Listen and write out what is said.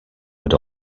but